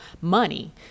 money